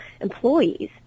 employees